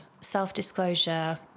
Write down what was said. self-disclosure